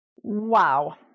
Wow